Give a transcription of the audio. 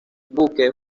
buque